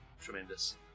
tremendous